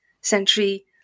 century